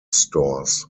stores